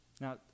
Now